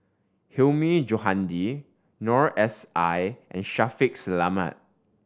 Hilmi Johandi Noor S I and Shaffiq Selamat